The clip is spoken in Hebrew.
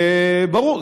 ברור,